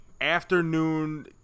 afternoon